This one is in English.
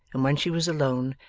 and when she was alone,